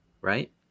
right